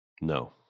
No